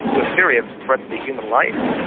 they are serious threats to human life.